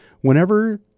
Whenever